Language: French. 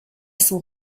son